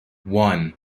one